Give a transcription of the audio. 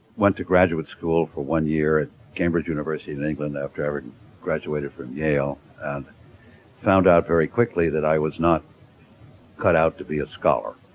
went to graduate school for one year at cambridge university in england after i graduated from yale and found out very quickly that i was not cut out to be a scholar.